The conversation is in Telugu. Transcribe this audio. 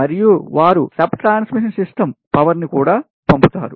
మరియు వారు sub transmission system పవర్ని కూడా పంపుతారు